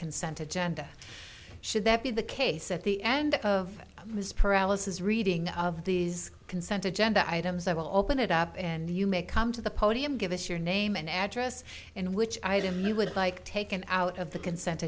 consent agenda should that be the case at the end of this paralysis reading of these consent to gender items i will open it up and you may come to the podium give us your name and address in which i had him you would like taken out of the consent